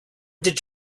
did